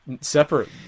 separate